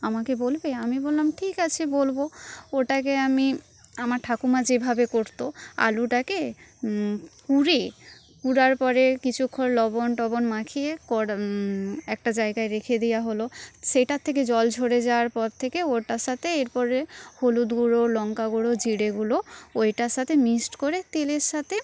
আমাকে বলবে আমি বললাম ঠিক আছে বলব ওটাকে আমি আমার ঠাকুমা যেভাবে করতো আলুটাকে কুড়ে কুড়ার পরে কিছুক্ষণ লবণ টবণ মাখিয়ে কড় একটা জায়গায় রেখে দেওয়া হল সেটার থেকে জল ঝরে যাওয়ার পর থেকে ওটার সাথে এরপরে হলুদ গুঁড়ো লঙ্কা গুঁড়ো জিরে গুঁড়ো ওইটার সাথে মিক্সড করে তেলের সাথে